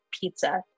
pizza